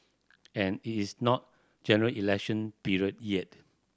and it is not General Election period yet